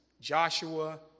Joshua